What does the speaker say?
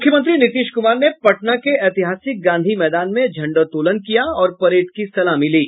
मुख्यमंत्री नीतीश कुमार ने पटना के ऐतिहासिक गांधी मैदान में झंडोत्तोलन किया और परेड की सलामी ली